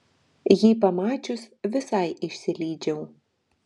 jį pamačius visai išsilydžiau